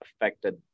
affected